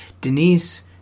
Denise